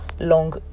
long